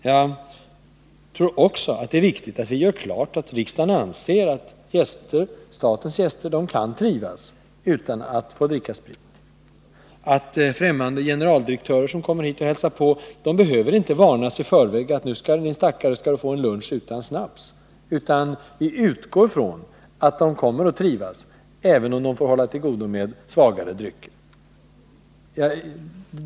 Jag tror också att det är viktigt att vi gör klart att riksdagen anser att statens gäster bör kunna trivas utan att dricka sprit, att fftämmande generaldirektörer som kommer hit och hälsar på inte behöver varnas i förväg med att ”nu din stackare skall du få en lunch utan snaps”. Vi utgår från att de kommer att trivas även om de får hålla till godo med svagare drycker.